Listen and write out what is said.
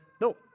no